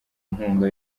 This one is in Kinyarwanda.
inkunga